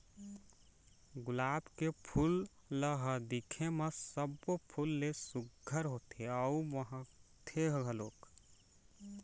गुलाब के फूल ल ह दिखे म सब्बो फूल ले सुग्घर होथे अउ महकथे घलोक